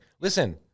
Listen